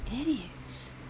Idiots